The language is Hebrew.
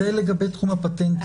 זה לגבי תחום הפטנטים.